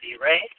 right